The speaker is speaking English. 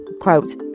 quote